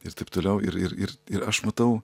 ir taip toliau ir ir ir ir aš matau